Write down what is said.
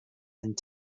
and